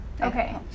okay